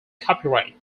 copyright